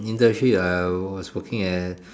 internship I was working as